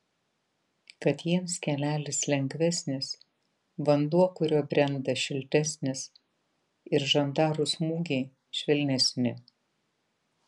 kad jiems kelelis lengvesnis vanduo kuriuo brenda šiltesnis ir žandarų smūgiai švelnesni